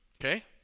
Okay